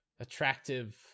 attractive